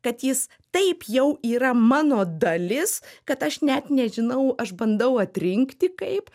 kad jis taip jau yra mano dalis kad aš net nežinau aš bandau atrinkti kaip